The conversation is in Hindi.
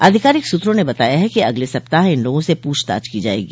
आधिकारिक सूत्रों ने बताया है कि अगले सप्ताह इन लोगों से पूछताछ की जाएगी